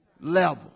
level